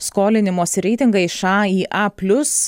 skolinimosi reitingą iš a į a plius